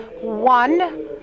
One